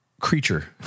creature